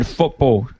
football